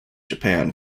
japan